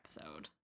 episode